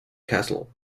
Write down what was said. castle